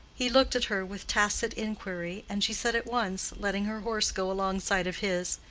he looked at her with tacit inquiry, and she said at once, letting her horse go alongside of his,